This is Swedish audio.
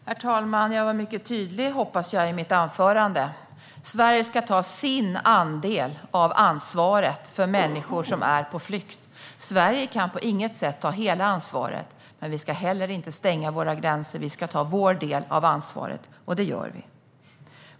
Herr talman! Jag var mycket tydlig, hoppas jag, i mitt anförande med att Sverige ska ta sin andel av ansvaret för människor som är på flykt. Sverige kan på inget sätt ta hela ansvaret, men vi ska heller inte stänga våra gränser. Vi ska ta vår del av ansvaret, och det gör vi.